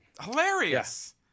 hilarious